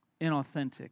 inauthentic